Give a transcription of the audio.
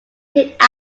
hit